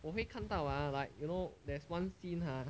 我会看到啊 like you know there's one scene ha